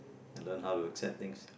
and learn how to accept things